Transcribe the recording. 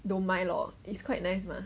don't mind lor is quite nice